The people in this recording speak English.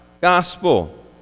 gospel